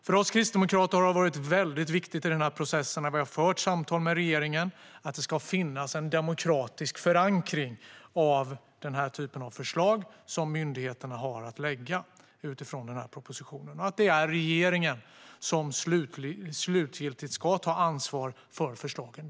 För oss kristdemokrater har det varit viktigt i denna process och när vi har fört samtal med regeringen att det ska finnas en demokratisk förankring av den typ av förslag som myndigheterna har att lägga fram utifrån propositionen och att det är regeringen som slutgiltigt ska ta ansvar för förslagen.